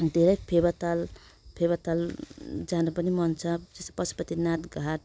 धेरै फेवाताल फेवाताल जानु पनि मन छ पशुपतिनाथ घाट